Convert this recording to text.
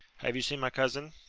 have you seen my cousin?